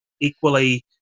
equally